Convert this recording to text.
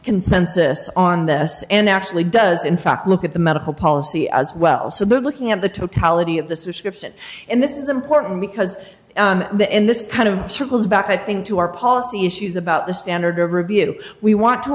consensus on this and actually does in fact look at the medical policy as well so they're looking at the totality of this description and this is important because the in this kind of circles back i think to our policy issues about the standard of review we want to